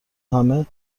همه